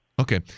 Okay